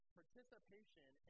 participation